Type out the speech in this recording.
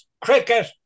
Cricket